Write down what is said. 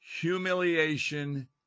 humiliation